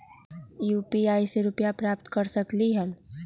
UPI से रुपए प्राप्त कर सकलीहल?